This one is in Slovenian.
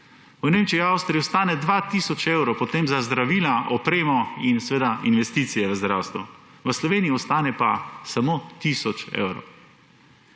V Nemčiji, Avstriji ostane 2 tisoč evrov potem za zdravila, opremo in seveda investicije v zdravstvu. V Sloveniji ostane pa samo tisoč evrov.